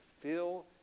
fill